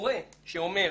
הורה שאומר: